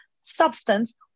substance